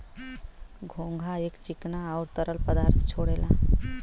घोंघा एक चिकना आउर तरल पदार्थ छोड़ेला